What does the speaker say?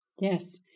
Yes